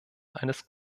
eines